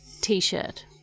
t-shirt